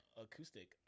acoustic